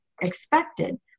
expected